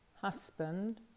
husband